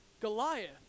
Goliath